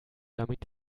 damit